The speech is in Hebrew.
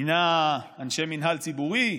מינה אנשי מינהל ציבורי,